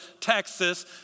Texas